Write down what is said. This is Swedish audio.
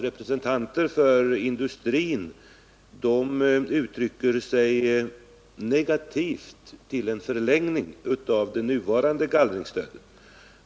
Representanter för industrin ställer sig nämligen negativa till en förlängning av det nuvarande gallringsstödet.